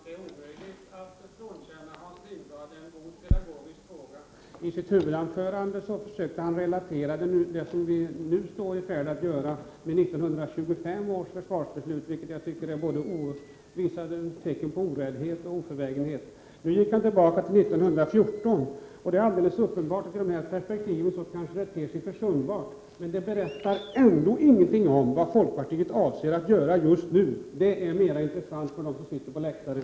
Fru talman! Det är omöjligt att frånkänna Hans Lindblad en god pedagogisk tåga. I sitt huvudanförande försökte han relatera det som vi nu står i färd att göra med 1925 års försvarsbeslut, vilket jag tycker visar tecken på oräddhet. Nu gick han tillbaka till 1914. Det är uppenbart att det i ett sådant perspektiv kanske ter sig försumbart, men det berättar ändå inget om vad folkpartiet avser att göra just nu. Det är mera intressant för dem som sitter på läktaren.